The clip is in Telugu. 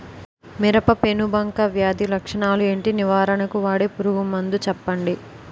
మిరప పెనుబంక వ్యాధి లక్షణాలు ఏంటి? నివారణకు వాడే పురుగు మందు చెప్పండీ?